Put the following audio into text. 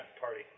Party